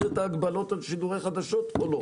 את ההגבלות על שידורי חדשות או לא?